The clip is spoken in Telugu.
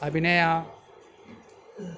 అభినయా